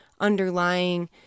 underlying